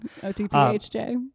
OTPHJ